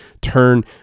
turn